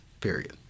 period